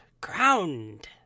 Crowned